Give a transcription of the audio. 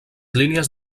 línies